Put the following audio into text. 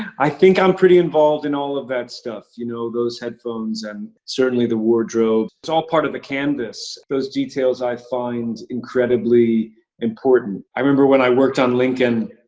i think i'm pretty involved in all of that stuff. you know, those headphones and certainly the wardrobe. it's all part of the canvas. those details i find incredibly important. i remember when i worked on lincoln,